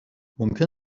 ممکن